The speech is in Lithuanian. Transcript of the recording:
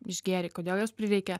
išgėrei kodėl jos prireikė